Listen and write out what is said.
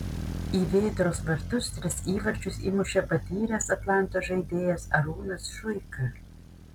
į vėtros vartus tris įvarčius įmušė patyręs atlanto žaidėjas arūnas šuika